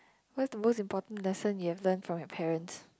what is the most important lesson you have learnt from your parents